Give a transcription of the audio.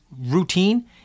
routine